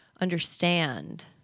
understand